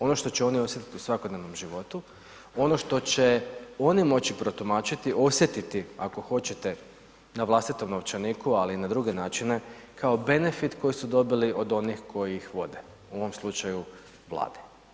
Ono što će oni osjetiti u svakodnevnom životu, ono što će oni moći protumačiti, osjetiti ako hoćete na vlastitom novčaniku ali i na druge načine kao benefit koji su dobili od onih koji ih vode, u ovom slučaju Vlade.